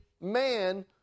man